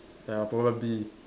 ya probably